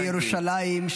דווקא ירושלים,